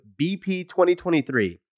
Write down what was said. BP2023